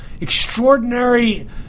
extraordinary